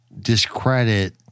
discredit